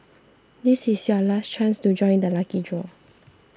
this is your last chance to join the lucky draw